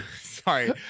Sorry